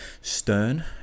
stern